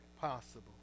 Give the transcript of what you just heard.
possible